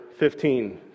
15